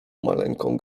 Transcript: maleńką